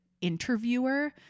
interviewer